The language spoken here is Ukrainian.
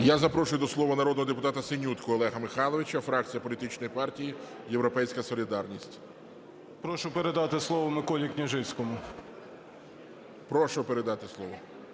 Я запрошую до слова народного депутата Синютку Олега Михайловича, фракція політичної партії "Європейська солідарність". 11:03:00 СИНЮТКА О.М. Прошу передати слово Миколі Княжицькому. ГОЛОВУЮЧИЙ. Прошу передати слово.